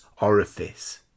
Orifice